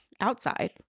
outside